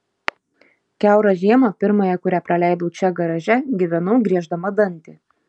kiaurą žiemą pirmąją kurią praleidau čia garaže gyvenau grieždama dantį